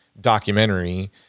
documentary